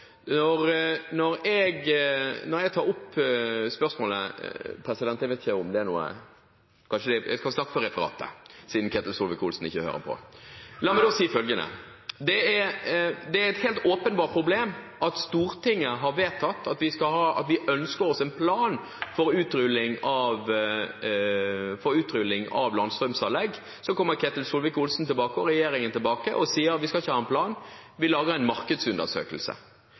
når jeg snakker – jeg skal snakke for referatet, siden Ketil Solvik-Olsen ikke hører på. La meg si følgende: Det er et helt åpenbart problem at Stortinget har vedtatt at vi ønsker oss en plan for utrulling av landstrømanlegg. Så kommer Ketil Solvik-Olsen og regjeringen tilbake og sier: Vi skal ikke ha en plan, vi lager en markedsundersøkelse.